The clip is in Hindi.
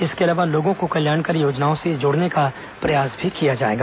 इसके अलावा लोगों को कल्याणकारी योजनाओं से जोड़ने का प्रयास भी किया जाएगा